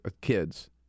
kids